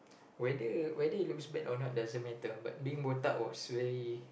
whether whether you lose weight or not doesn't matter but being botak was really